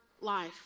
life